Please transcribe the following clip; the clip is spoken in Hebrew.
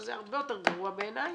שזה הרבה יותר גרוע בעיניי,